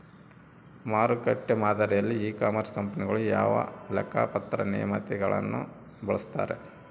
ಮಾರುಕಟ್ಟೆ ಮಾದರಿಯಲ್ಲಿ e commerce ಕಂಪನಿಗಳು ಯಾವ ಲೆಕ್ಕಪತ್ರ ನೇತಿಗಳನ್ನು ಬಳಸುತ್ತಾರೆ?